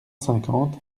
cinquante